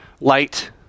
light